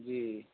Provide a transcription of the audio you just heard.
جی